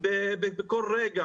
בשטח בכל רגע.